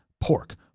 pork